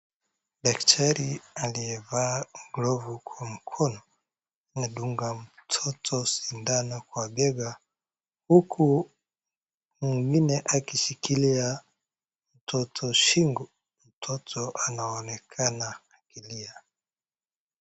Daktari aliyevaa glovu kwa mkono anandunga mtoto sindano kwa mbega huku mwingine akishikilia mtoto shingo. Mtoto anaonekana akilia.